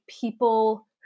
people